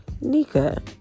Nika